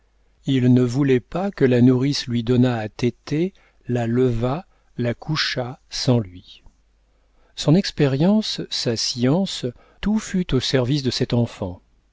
il ne voulait pas que la nourrice lui donnât à teter la levât la couchât sans lui son expérience sa science tout fut au service de cette enfant